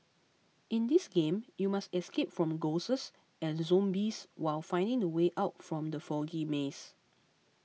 in this game you must escape from ghosts and zombies while finding the way out from the foggy maze